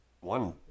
one